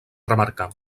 remarcar